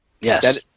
Yes